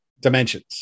dimensions